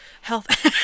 Health